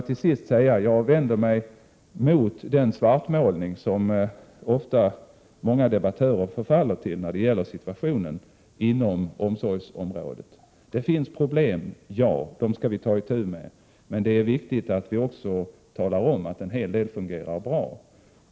Till sist vill jag vända mig mot den svartmålning som många debattörer ofta förfaller till när det gäller situationen inom omsorgsområdet. Visst finns det problem, och dem skall vi ta itu med. Men det är viktigt att också tala om att en hel del fungerar bra.